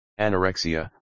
anorexia